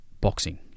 boxing